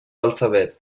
alfabets